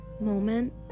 moment